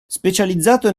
specializzato